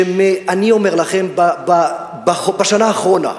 שאני אומר לכם, בשנה האחרונה,